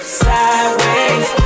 sideways